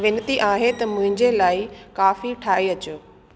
वेनती आहे त मुंहिंजे लाइ काफी ठाहे अचो